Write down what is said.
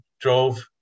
drove